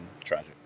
tragic